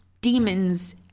demons